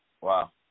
Wow